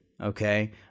Okay